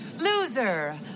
Loser